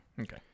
Okay